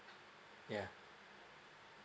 yeah